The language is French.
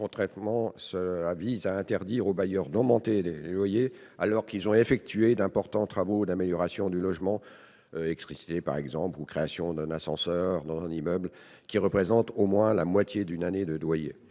Concrètement, cela vise à interdire aux bailleurs d'augmenter les loyers alors qu'ils ont effectué d'importants travaux d'amélioration du logement- mise aux normes de l'électricité, par exemple, ou création d'un ascenseur dans un immeuble collectif -et qui représentent au moins la moitié d'une année de loyers.